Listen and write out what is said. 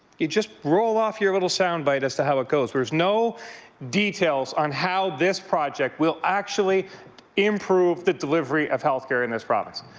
you just roll off your little sound bite as to how it goes. there's no details on how this project will actually improve the delivery of health care in this province.